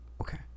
Okay